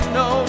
no